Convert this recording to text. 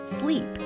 sleep